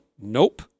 Nope